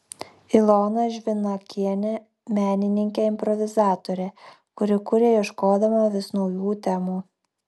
ilona žvinakienė menininkė improvizatorė kuri kuria ieškodama vis naujų temų